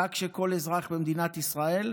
חג שכל אזרחי מדינת ישראל,